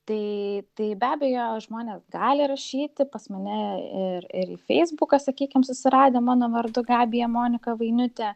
tai tai be abejo žmonės gali rašyti pas mane ir ir į feisbuką sakykim susiradę mano vardu gabija monika vainiutė